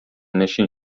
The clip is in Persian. نشین